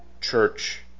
church